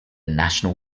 national